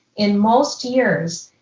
in most years,